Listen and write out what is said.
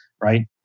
right